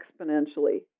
exponentially